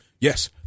Yes